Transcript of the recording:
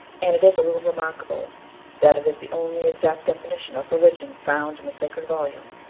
and it is a little remarkable that it is the only exact definition of religion found in the sacred volume,